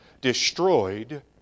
destroyed